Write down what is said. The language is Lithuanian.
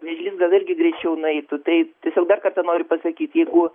vėžlys gal irgi greičiau nueitų tai tiesiog dar kartą noriu pasakyt jeigu